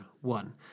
one